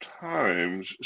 times